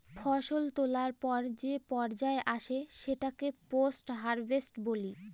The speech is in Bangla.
ফসল তোলার পর যে পর্যায় আসে সেটাকে পোস্ট হারভেস্ট বলি